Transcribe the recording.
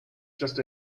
just